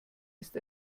ist